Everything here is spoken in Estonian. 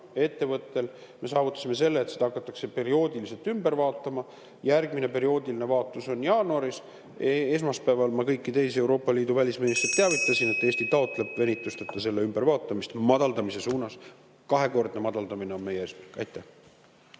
eestvõttel me saavutasime selle, et seda hakatakse perioodiliselt ümber vaatama. Järgmine perioodiline ülevaatamine on jaanuaris. (Juhataja helistab kella.) Esmaspäeval ma kõiki teisi Euroopa Liidu välisministreid teavitasin, et Eesti taotleb venitusteta selle ümbervaatamist madaldamise suunas. Kahekordne madaldamine on meie eesmärk. Aitäh!